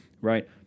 Right